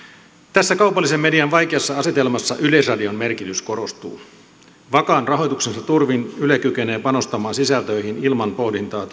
tässä kaupallisen median vaikeassa asetelmassa yleisradion merkitys korostuu vakaan rahoituksensa turvin yle kykenee panostamaan sisältöihin ilman pohdintaa